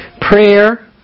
Prayer